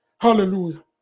Hallelujah